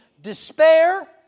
despair